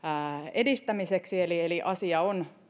edistämiseksi eli eli asia on